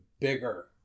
bigger